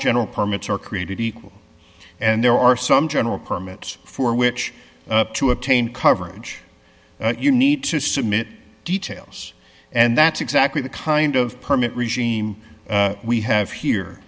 general permits are created equal and there are some general permits for which to obtain coverage you need to submit details and that's exactly the kind of permit read seem we have here